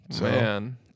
Man